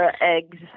Eggs